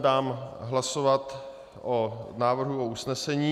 Dám hlasovat o návrhu usnesení.